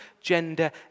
gender